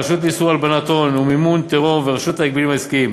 הרשות לאיסור הלבנת הון ומימון טרור ורשות ההגבלים העסקיים.